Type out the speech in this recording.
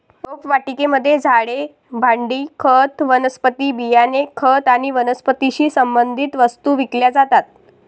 रोपवाटिकेमध्ये झाडे, भांडी, खत, वनस्पती बियाणे, खत आणि वनस्पतीशी संबंधित वस्तू विकल्या जातात